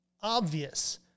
obvious